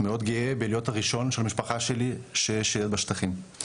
מאוד גאה להיות הראשון של המשפחה שלי ששירת בשטחים.